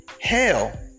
Hell